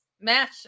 match